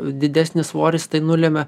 didesnis svoris tai nulemia